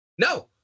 No